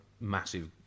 massive